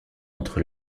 entre